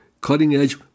cutting-edge